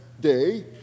day